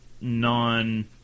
non-